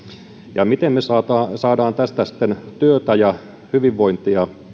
ja sitä miten me sitten saamme tästä työtä ja hyvinvointia